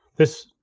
this,